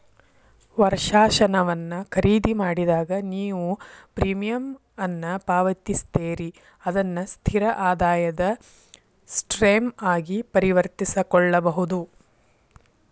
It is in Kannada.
ವರ್ಷಾಶನವನ್ನ ಖರೇದಿಮಾಡಿದಾಗ, ನೇವು ಪ್ರೇಮಿಯಂ ಅನ್ನ ಪಾವತಿಸ್ತೇರಿ ಅದನ್ನ ಸ್ಥಿರ ಆದಾಯದ ಸ್ಟ್ರೇಮ್ ಆಗಿ ಪರಿವರ್ತಿಸಕೊಳ್ಬಹುದು